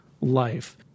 life